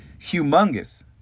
humongous